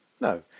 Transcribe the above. No